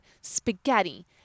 spaghetti